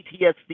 PTSD